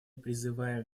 призываем